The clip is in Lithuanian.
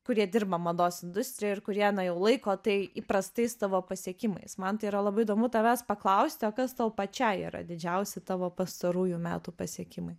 kurie dirba mados industrijoj ir kurie na jau laiko tai įprastais savo pasiekimais man tai yra labai įdomu tavęs paklausti o kas tau pačiai yra didžiausi tavo pastarųjų metų pasiekimai